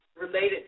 related